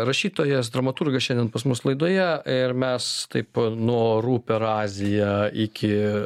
rašytojas dramaturgas šiandien pas mus laidoje ir mes taip nuo orų per aziją iki